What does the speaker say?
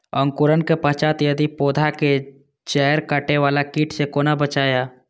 अंकुरण के पश्चात यदि पोधा के जैड़ काटे बाला कीट से कोना बचाया?